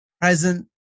present